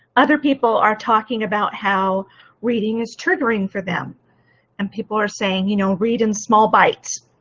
other people are talking about how reading is triggering for them and people are saying you know read in small bites,